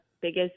biggest